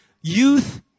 Youth